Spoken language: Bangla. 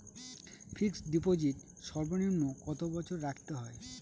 ফিক্সড ডিপোজিট সর্বনিম্ন কত বছর রাখতে হয়?